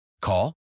Call